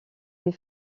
des